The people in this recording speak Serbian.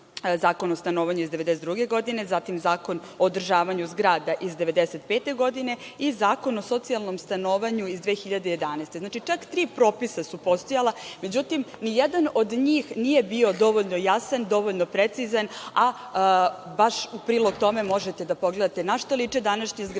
Zakon o stanovanju iz 1992. godine, zatim Zakon o održavanju zgrada iz 1995. godine i Zakon o socijalnom stanovanju iz 2011. godine. Znači, čak tri popisa su postojala. Međutim, nijedan od njih nije bio dovoljno jasan, dovoljno precizan, a baš u prilog tome možete da pogledate našta liče današnje zgrade